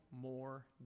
more